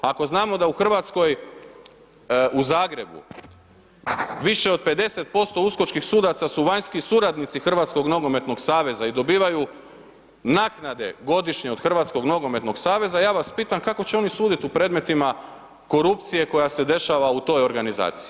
Ako znamo da u Hrvatskoj, u Zagrebu više od 50% uskočkih sudaca su vanjski suradnici Hrvatskog nogometnog saveza i dobivaju naknade godišnje od Hrvatskog nogometnog saveza ja vas pitam kako će oni suditi u predmetima korupcije koja se dešava u toj organizaciji.